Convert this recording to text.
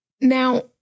Now